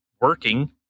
working